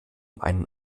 einen